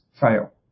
fail